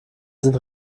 sind